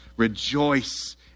Rejoice